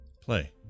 Play